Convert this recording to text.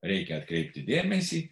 reikia atkreipti dėmesį